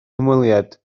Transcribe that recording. hymweliad